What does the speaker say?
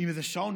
עם איזה שעון,